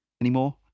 anymore